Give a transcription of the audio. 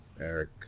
Eric